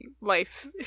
life